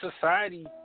society